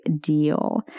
deal